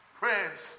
Prayers